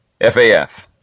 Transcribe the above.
faf